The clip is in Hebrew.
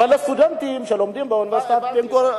אבל לסטודנטים שלומדים באוניברסיטת בן-גוריון,